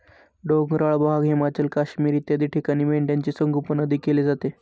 डोंगराळ भाग, हिमाचल, काश्मीर इत्यादी ठिकाणी मेंढ्यांचे संगोपन अधिक केले जाते